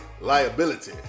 liability